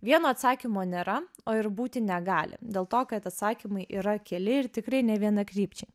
vieno atsakymo nėra o ir būti negali dėl to kad atsakymai yra keli ir tikrai nevienakrypčiai